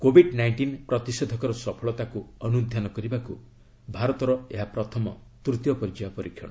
Covid କୋଇଣ୍ଟିନ୍ ପ୍ରତିଷେଧକର ସଫଳତାକୁ ଅନ୍ଧ୍ୟାନ କରିବାକୁ ଭାରତର ଏହା ପ୍ରଥମ ତୃତୀୟ ପର୍ଯ୍ୟାୟ ପରୀକ୍ଷଣ